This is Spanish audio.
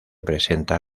presenta